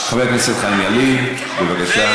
בואו